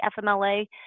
FMLA